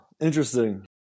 interesting